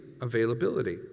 availability